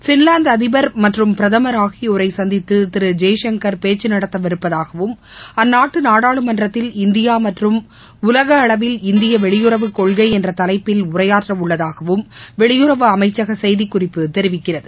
பின்லாந்துஅதிபர் மற்றும் பிரதமர் ஆகியோரைசந்தித்துதிருஜெய்சங்கர் பேச்சுநடத்தவிருப்பதாகவும் அந்நாட்டுநாடாளுமன்றத்தில் இந்தியாமற்றும் உலகளவில் இந்தியவெளியுறவுக்கொள்கைஎன்றதவைப்பில் உரையாற்றவுள்ளதாகவும் வெளியறவு அமைச்சகசெய்திக்குறிப்பு தெரிவிக்கிறது